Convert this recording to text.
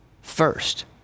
first